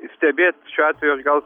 stebėt šiuo atveju aš gal